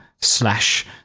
slash